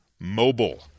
Mobile